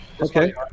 okay